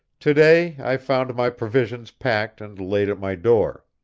to-day i found my provisions packed and laid at my door.